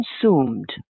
consumed